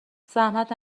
زحمت